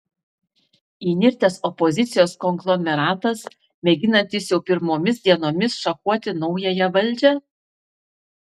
įnirtęs opozicijos konglomeratas mėginantis jau pirmomis dienomis šachuoti naująją valdžią